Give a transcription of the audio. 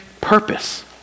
purpose